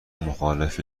مخالف